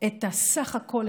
את הסך הכול,